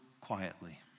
quietly